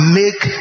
make